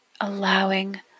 allowing